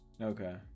okay